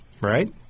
right